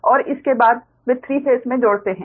और इसके बाद वे 3 फेस में जोड़ते है